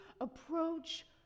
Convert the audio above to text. approach